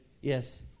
Yes